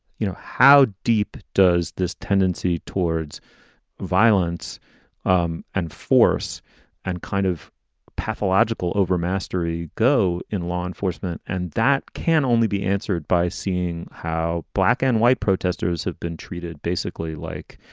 you know, how deep does this tendency towards violence um and force and kind of pathological over mastery go in law enforcement? and that can only be answered by seeing how black and white protesters have been treated basically like,